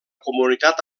comunitat